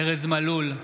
ארז מלול,